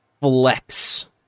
flex